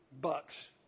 bucks